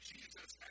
Jesus